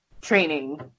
training